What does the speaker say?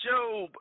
Job